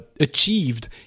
achieved